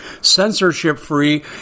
censorship-free